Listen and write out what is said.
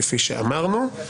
כפי שאמרנו.